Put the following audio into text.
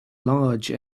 large